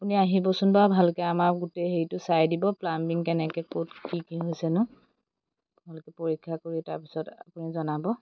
আপুনি আহিবচোন বাৰু আমাৰ গোটেই হেৰিটো চাই দিব প্লাম্বিং কেনেকৈ ক'ত কি কি হৈছেনো ভালকৈ পৰীক্ষা কৰি তাৰপিছত আপুনি জনাব